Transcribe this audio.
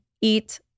eat